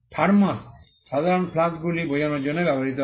thermos সাধারণত ফ্লাস্কগুলি বোঝার জন্য ব্যবহৃত হয়